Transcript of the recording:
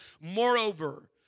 moreover